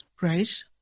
right